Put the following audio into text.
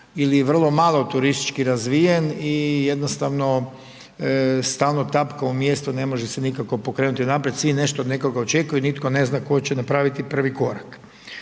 ili vrlo malo turistički razvijen i jednostavno stalno tapka u mjestu ne može se nikako pokrenuti naprijed, svi nešto od nekog očekuju nitko ne zna tko će napraviti prvi korak.